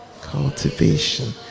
cultivation